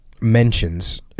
Mentions